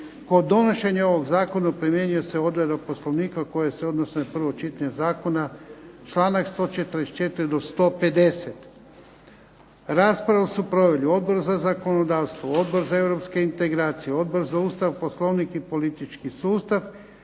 Kod donošenja ovog zakona primjenjuje se odredba Poslovnika koje se odnose na prvo čitanje zakona, članak 144. do 150. Raspravu su proveli Odbor za zakonodavstvo, Odbor za europske integracije, Odbor za Ustav, Poslovnik i politički sustav